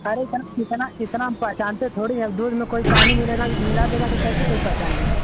अरे इतना इतना इतना हम पहेचानते थोड़ी हैं दूध में कोई पानी मिलेगा मिला देगा तो कैसे कोई पहेचानेगा